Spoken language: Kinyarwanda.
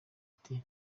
ati